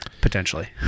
potentially